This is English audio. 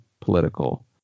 political